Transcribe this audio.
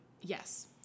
Yes